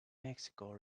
mexico